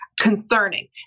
concerning